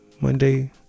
Monday